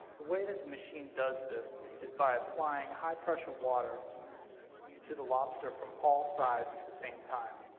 the way that the machine does this is by applying high pressure water to the lobster from all sides at the same time.